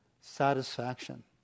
satisfaction